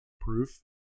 Proof